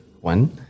one